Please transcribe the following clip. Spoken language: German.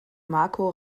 marco